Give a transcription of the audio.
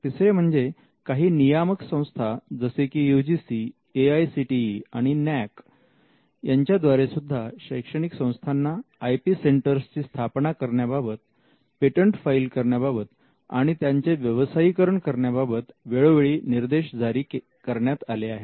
तिसरे म्हणजे काही नियामक संस्था जसे की UGC AICTE आणि NAAC यांच्या द्वारे सुद्धा शैक्षणिक संस्थांना आय पी सेंटर्स ची स्थापना करण्याबाबत पेटंट फाईल करण्याबाबत आणि त्यांचे व्यवसायीकरण करण्याबाबत वेळोवेळी निर्देश जारी करण्यात आले आहेत